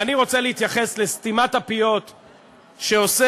ואני רוצה להתייחס לסתימת הפיות שעושה